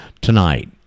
tonight